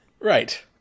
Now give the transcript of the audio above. Right